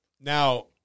Now